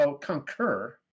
concur